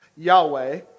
Yahweh